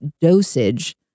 dosage